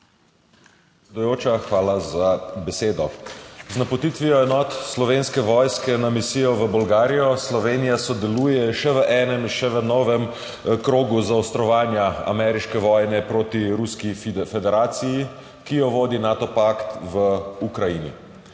hvala za besedo. Z napotitvijo enot Slovenske vojske na misijo v Bolgarijo Slovenija sodeluje še v enem, še v novem krogu zaostrovanja ameriške vojne proti Ruski federaciji, ki jo vodi Nato pakt v Ukrajini.